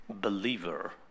believer